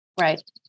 Right